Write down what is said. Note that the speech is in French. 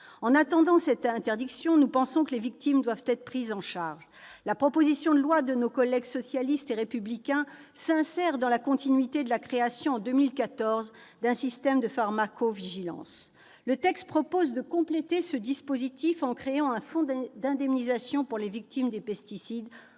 En attendant cette interdiction, nous pensons que les victimes doivent être prises en charge. La proposition de loi de nos collègues socialistes et républicains s'insère dans la continuité de la création, en 2014, d'un système de pharmacovigilance. Elle prévoit de compléter ce dispositif en créant un fonds d'indemnisation pour les victimes des pesticides,